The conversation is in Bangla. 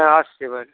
হ্যাঁ আসছি এবার